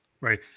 right